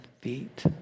feet